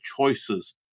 choices